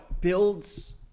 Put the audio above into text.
builds